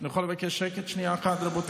אני יכול לבקש שקט שנייה אחת, רבותיי?